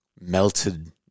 melted